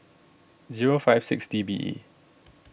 zero five six D B E